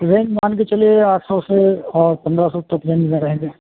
range मान के चलिए आठ सौ से और पन्द्रह सौ तक रेन्ज में रहेंगे